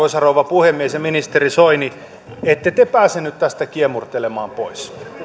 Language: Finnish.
puhemies ja ministeri soini ette te pääse nyt tästä kiemurtelemaan pois